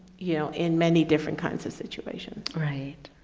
you know in many different kinds of situations. right,